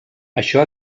això